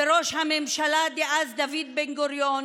וראש הממשלה דאז דוד בן-גוריון.